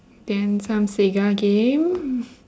then some sega games